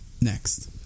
next